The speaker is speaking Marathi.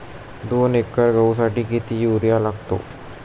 दोन एकर गहूसाठी किती युरिया लागतो?